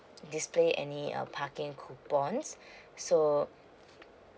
display any err parking coupons so